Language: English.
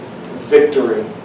victory